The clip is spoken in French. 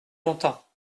longtemps